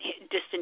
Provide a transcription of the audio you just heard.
distant